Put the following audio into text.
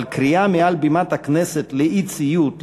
אבל קריאה מעל בימת הכנסת לאי-ציות,